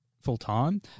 full-time